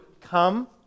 come